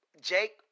Jake